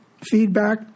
feedback